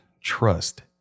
trust